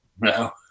No